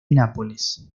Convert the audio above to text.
nápoles